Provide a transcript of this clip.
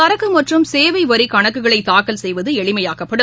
சரக்கு மற்றும் சேவை வரி கணக்குகளை தாக்கல் செய்வது எளிமையாக்கப்படும்